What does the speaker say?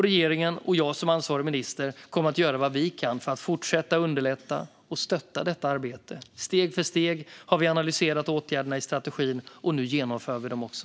Regeringen och jag som ansvarig minister kommer att göra vad vi kan för att fortsätta att underlätta och stötta detta arbete. Steg för steg har vi analyserat åtgärderna i strategin. Nu genomför vi dem också.